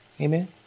Amen